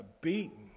beaten